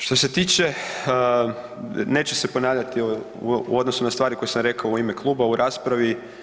Što se tiče, neću se ponavljati u odnosu na stvari koje sam rekao u ime kluba u raspravi.